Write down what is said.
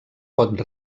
pot